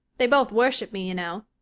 they both worship me, you know.